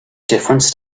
difference